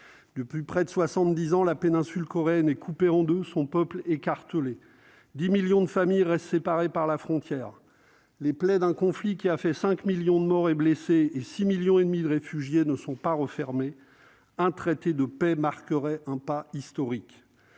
Depuis près de soixante-dix ans, la péninsule coréenne est coupée en deux, son peuple écartelé. Dix millions de familles restent séparées par la frontière. Les plaies d'un conflit qui a fait cinq millions de morts et de blessés et six millions et demi de réfugiés ne sont pas refermées. Un traité de paix marquerait un pas historique.